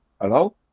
Hello